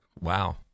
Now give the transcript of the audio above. Wow